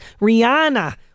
Rihanna